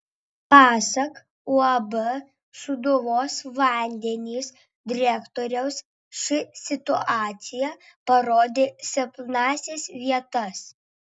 pasak uab sūduvos vandenys direktoriaus ši situacija parodė silpnąsias vietas